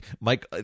Mike